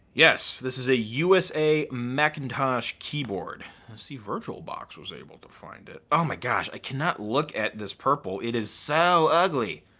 yes. this is a usa macintosh keyboard. i see virtualbox was able to find it. oh my gosh, i cannot look at this purple. it is so ugly.